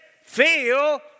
feel